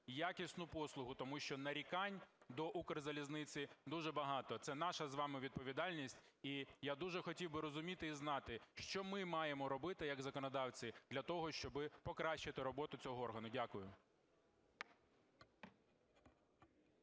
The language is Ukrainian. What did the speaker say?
якісну послугу. Тому що нарікань до Укрзалізниці дуже багато, це наша з вами відповідальність. І я дуже хотів би розуміти і знати, що ми маємо робити як законодавці для того, щоби покращити роботу цього органу. Дякую.